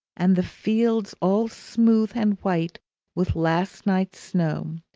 and the fields all smooth and white with last night's snow,